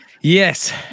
Yes